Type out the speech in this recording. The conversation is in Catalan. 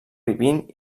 vivint